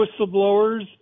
whistleblowers